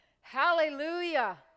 Hallelujah